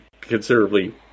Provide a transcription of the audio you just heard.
considerably